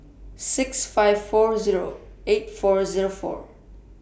six five four Zero eight four Zero four